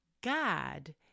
God